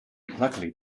luckily